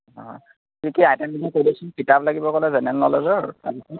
অঁ কি কি আইটমখিনি কৈ দিয়কচোন কিতাপ লাগিব ক'লে জেনেৰেল ন'লেজৰ তাৰপিছত